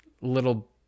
little